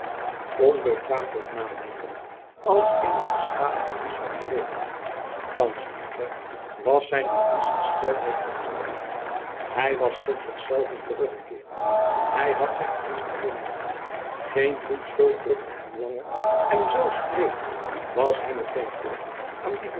onbekwaam tot nadenken als in een gestadigen roes had geleefd thans echter was zijn gemoedsgesteldheid veranderd hij was tot zich zelven teruggekeerd hij had zijn vriend hervonden geen bloedschuld drukte hem langer en zoo streelend was hem het denkbeeld aan die